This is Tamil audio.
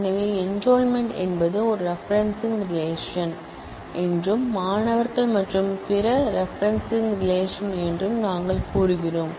எனவே என்றொல்மெண்ட் என்பது ஒரு ரெபெரென்சிங் ரிலேஷன் என்றும் மாணவர்கள் மற்றும் பிற ரெபெரென்சிங் ரிலேஷன் என்றும் நாங்கள் கூறுகிறோம்